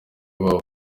babo